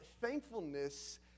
thankfulness